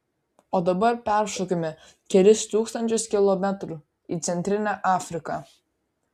o dabar peršokime kelis tūkstančius kilometrų į centrinę afriką